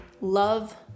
love